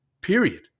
period